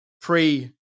pre